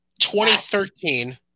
2013